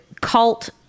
cult